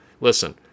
Listen